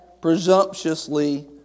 presumptuously